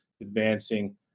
advancing